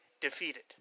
defeated